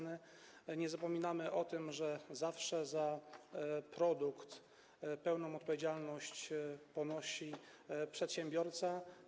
Nie zapominamy o tym, że zawsze za produkt pełną odpowiedzialność ponosi przedsiębiorca.